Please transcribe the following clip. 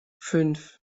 fünf